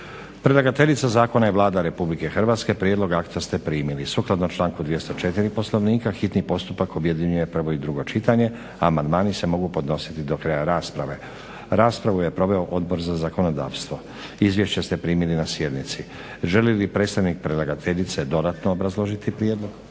Predlagateljica zakona je Vlada Republike Hrvatske. Prijedlog akta ste primili. Sukladno članku 204. Poslovnika hitni postupak objedinjuje prvo i drugo čitanje. Amandmani se mogu podnositi do kraja rasprave. Raspravu je proveo Odbor za zakonodavstvo. Izvješća ste primili na sjednici. Želi li predstavnik predlagateljice dodatno obrazložiti prijedlog?